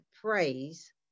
praise